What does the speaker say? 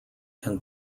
can